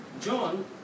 John